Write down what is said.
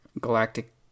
galactic